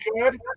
good